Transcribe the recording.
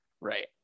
right